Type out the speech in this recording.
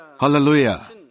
Hallelujah